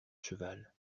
cheval